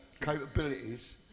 capabilities